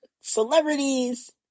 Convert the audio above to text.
celebrities